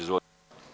Izvolite.